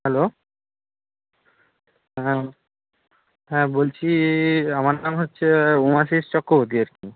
hello হ্যাঁ হ্যাঁ বলছি আমার নাম হচ্ছে উমাশিস চক্রবর্তী আর কি